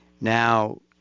Now